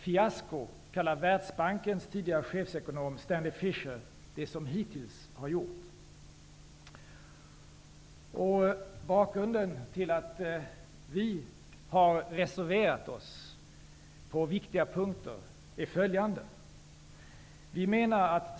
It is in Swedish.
''Fiasko'' kallar Världsbankens tidigare chefsekonom Stanley Fischer det som hittills har gjorts. Bakgrunden till att vi socialdemokrater har reserverat oss på viktiga punkter är följande.